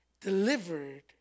delivered